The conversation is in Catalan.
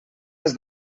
des